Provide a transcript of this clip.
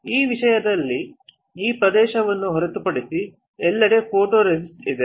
ಈ ವಿಷಯದಲ್ಲಿ ಈ ಪ್ರದೇಶವನ್ನು ಹೊರತುಪಡಿಸಿ ಎಲ್ಲೆಡೆ ಫೋಟೊರೆಸಿಸ್ಟ್ ಇದೆ